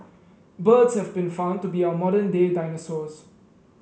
birds have been found to be our modern day dinosaurs